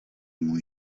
můj